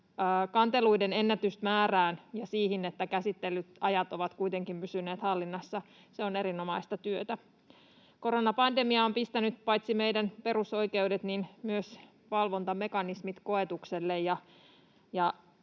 kanteluiden ennätysmäärään ja siihen, että käsittelyajat ovat kuitenkin pysyneet hallinnassa. Se on erinomaista työtä. Koronapandemia on pistänyt paitsi meidän perusoikeudet myös valvontamekanismit koetukselle.